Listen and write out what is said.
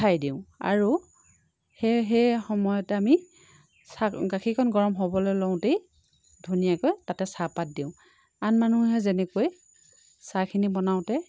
উঠাই দিওঁ আৰু সেই সেই সময়তে আমি চাহ গাখীৰকণ গৰম হবলৈ লওঁতেই ধুনীয়াকৈ তাতে চাহপাত দিওঁ আন মানুহে যেনেকৈ চাহখিনি বনাওঁতে